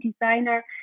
designer